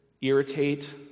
irritate